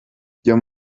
byo